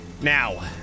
Now